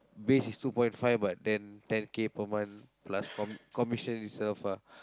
base is two point five but then ten K per month plus comm~ commission itself ah